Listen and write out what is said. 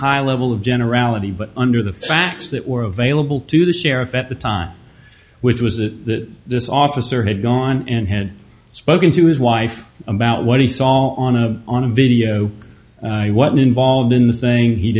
high level of generality but under the facts that were available to the sheriff at the time which was that this officer had gone and had spoken to his wife about what he saw on a on a video and involved in this saying he